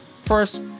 first